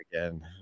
again